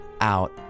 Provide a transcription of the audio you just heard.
out